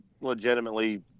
legitimately